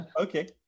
Okay